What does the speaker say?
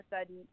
sudden